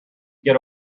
get